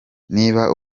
niba